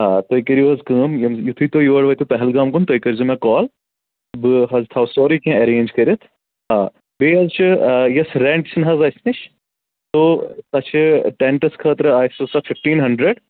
آ تُہۍ کٔرِو حظ کٲم یِم یُِتھُے تُہۍ یور وٲتِو پہلگام کُن تُہۍ کٔرۍزیو مےٚ کال بہٕ حظ تھاوٕ سورُے کیٚنٛہہ اٮ۪رینٛج کٔرِتھ آ بیٚیہِ حظ چھِ یۄس رٮ۪نٛٹ چھِنہٕ حظ اَسہِ نِش تو سۄ چھِ ٹٮ۪نٛٹَس خٲطرٕ آسِوٕ سۄ فِفٹیٖن ہنٛڈرنٛڈ